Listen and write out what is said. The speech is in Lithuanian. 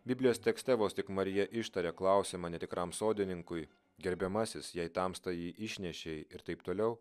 biblijos tekste vos tik marija ištarė klausimą netikram sodininkui gerbiamasis jei tamsta jį išnešei ir taip toliau